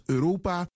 Europa